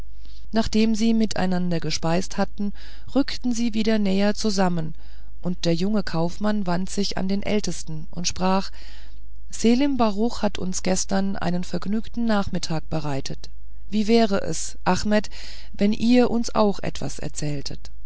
nachdem sie miteinander gespeist hatten rückten sie wieder näher zusammen und der junge kaufmann wandte sich an den ältesten und sprach selim baruch hat uns gestern einen vergnügten nachmittag bereitet wie wäre es achmet wenn ihr uns auch etwas erzähltet